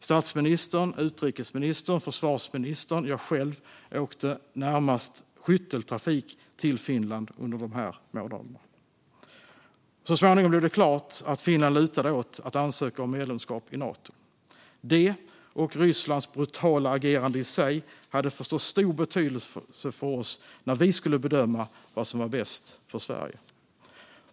Statsministern, utrikesministern, försvarsministern och jag själv åkte närmast i skytteltrafik till Finland under de här månaderna. Så småningom blev det klart att Finland lutade åt att ansöka om medlemskap i Nato. Detta, och Rysslands brutala agerande i sig, hade förstås stor betydelse för oss när vi skulle bedöma vad som var bäst för Sverige.